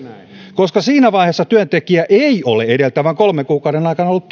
koska siinä vaiheessa työntekijä ei ole edeltävän kolmen kuukauden aikana ollut